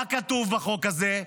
מה כתוב בחוק הזה?